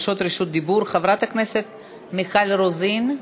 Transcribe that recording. חברת הכנסת מיכל רוזין.